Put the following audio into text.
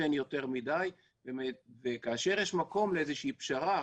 נותן יותר מדי, וכאשר יש מקום לפשרה,